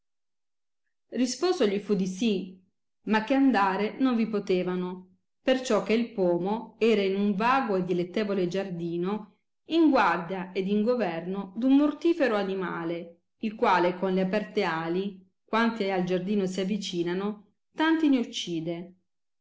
risposo gli fu di sì ma che andare non vi potevano perciò che il pomo era in un vago e dilettevole giardino in guardia ed in governo d un mortifero animale il quale con le aperte ali quanti al giardino s avicinano tanti ne uccide